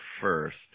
first